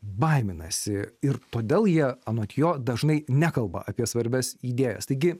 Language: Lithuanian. baiminasi ir todėl jie anot jo dažnai nekalba apie svarbias idėjas taigi